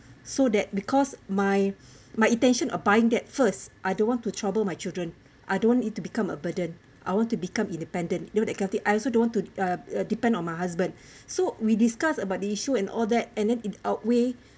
so that because my my intention of buying that first I don't want to trouble my children I don't want it to become a burden I want to become independent you know I also don't want to uh uh depend on my husband so we discuss about the issue and all that and then it outweigh